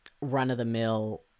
run-of-the-mill